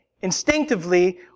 instinctively